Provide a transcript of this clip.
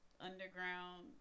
underground